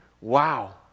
wow